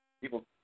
People